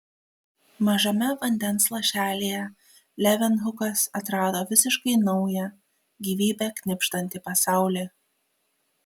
mažame vandens lašelyje levenhukas atrado visiškai naują gyvybe knibždantį pasaulį